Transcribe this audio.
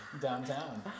downtown